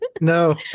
No